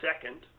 second